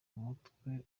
umutwe